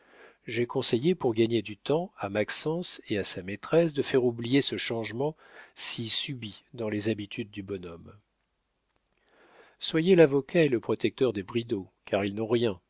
j'ai conseillé pour gagner du temps à maxence et à sa maîtresse de faire oublier ce changement si subit dans les habitudes du bonhomme soyez l'avocat et le protecteur des bridau car ils n'ont rien